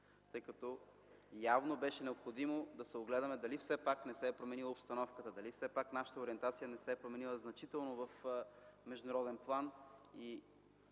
тъй като явно беше необходимо да се огледаме дали все пак не се е променила обстановката, дали все пак нашата ориентация не се е променила значително в международен план.